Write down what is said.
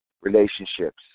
relationships